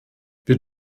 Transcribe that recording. wir